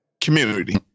community